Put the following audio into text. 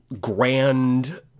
grand